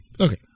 okay